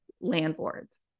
landlords